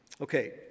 Okay